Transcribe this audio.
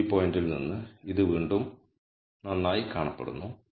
x view പോയിന്റിൽ നിന്ന് ഇത് വീണ്ടും നന്നായി കാണപ്പെടുന്നു